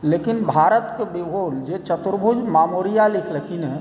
लेकिन भारतके भूगोल जे चतुर्भुज मौर्या लिखलखिन हँ